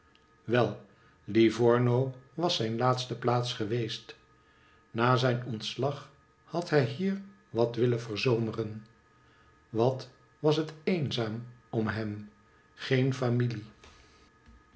wel livorno was zijn laatste plaats geweest na zijn ontslag had hij hier wat willen verzomeren wat was het eenzaam om hem geen familie